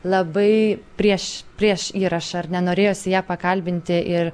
labai prieš prieš įrašą ar ne norėjosi ją pakalbinti ir